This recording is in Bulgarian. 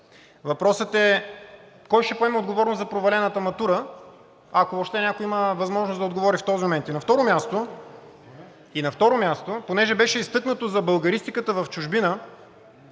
Въпросът е кой ще поеме отговорност за провалената матура, ако въобще някой има възможност да отговори в този момент? И на второ място, понеже беше изтъкнато за Българистиката в чужбина